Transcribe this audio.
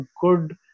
good